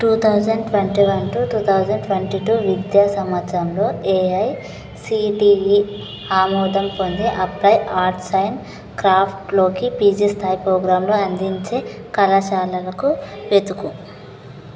two thousand twenty one to two thousand twenty two విద్యా సంవత్సరంలో AICTE ఆమోదం పొంది అప్లైడ్ ఆర్ట్స్ అండ్ క్రాఫ్ట్స్ లోకి పీజీ స్థాయి ప్రోగ్రాంలు అందించే కళాశాలలకు వెతుకు